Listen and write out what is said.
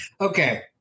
Okay